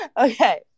Okay